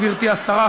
גברתי השרה,